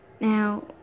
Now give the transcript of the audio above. Now